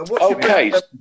Okay